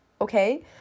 okay